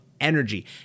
energy